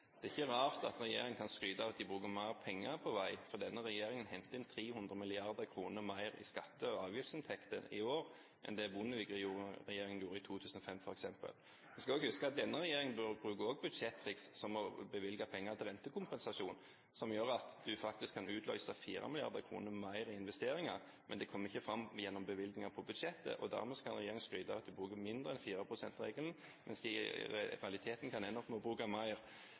Det er ikke rart at regjeringen kan skryte av at de bruker mer penger på vei, for denne regjeringen henter inn 300 mrd. kr mer i skatte- og avgiftsinntekter i år enn det f.eks. Bondevik-regjeringen gjorde i 2005. Vi må huske at denne regjeringen bruker også budsjetttriks, som å bevilge penger til rentekompensasjon, som gjør at man faktisk kan utløse 4 mrd. kr mer i investeringer, men det kommer ikke fram gjennom bevilgninger på budsjettet. Dermed kan regjeringen skryte av at de bruker mindre enn 4 pst.-regelen, mens de i realiteten kan ende opp med å bruke mer.